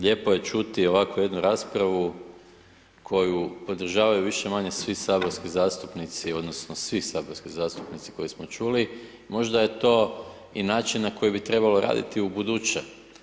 Lijepo je čuti ovako jednu raspravu koju podržavaju više-manje svi saborski zastupnici, odnosno, svi saborski zastupnici koje smo čuli, možda je to i način na koji bi trebalo raditi ubuduće.